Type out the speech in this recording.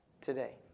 today